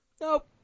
Nope